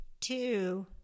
Two